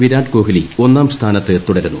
വിരാട് കോഹ്ലി ഒന്നാം സ്ഥാനത്ത് തുടരുന്നു